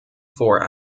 four